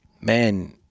man